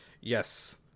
Yes